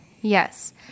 Yes